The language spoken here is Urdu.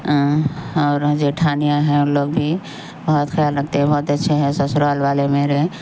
اور جیٹھانیاں ہیں ان لوگ بھی بہت خیال رکھتے ہیں بہت اچھے ہے سسرال والے میرے